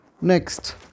Next